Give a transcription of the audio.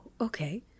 okay